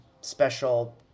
special